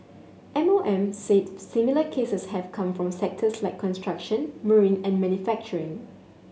M O M said similar cases have come from sectors like construction marine and manufacturing